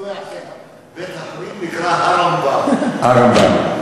בית-החולים לא נקרא הרמב"ם, רמב"ם,